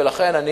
ולכן אני